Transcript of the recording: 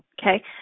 Okay